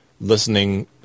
listening